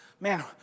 man